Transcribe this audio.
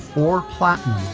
or plotnick